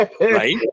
right